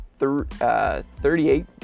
38